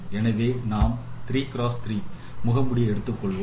எனவே நாம் 3 x 3 முகமூடியை எடுத்துக் கொள்வோம்